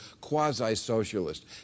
quasi-socialist